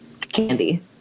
candy